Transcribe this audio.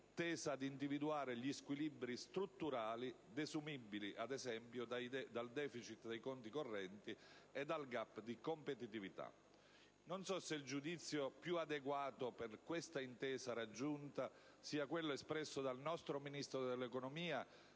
Non so se il giudizio più adeguato per l'intesa raggiunta sia quello espresso dal nostro Ministro dell'economia,